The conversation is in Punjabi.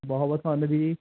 ਬਹੁਤ ਬਹੁਤ ਤੁਹਾਨੂੰ ਜੀ